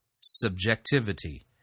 Subjectivity